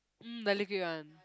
mm the liquid one